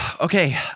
okay